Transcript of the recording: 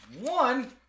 one